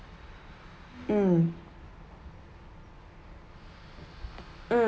mm mm